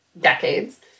decades